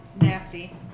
nasty